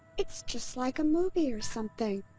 it's just like a movie or something.